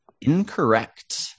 incorrect